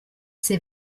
ces